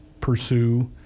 pursue